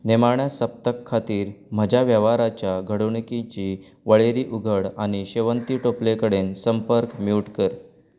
निमाण्या सप्तका खातीर म्हज्या वेव्हाराच्या घडणुकेची वळेरी उघड आनी शेवंती टोपले कडेन संपर्क म्यूट कर